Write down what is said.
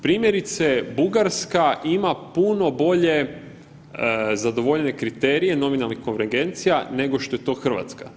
Primjerice, Bugarska ima puno bolje zadovoljene kriterije nominalnih konvergencija nego što je to RH.